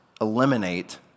eliminate